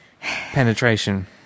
penetration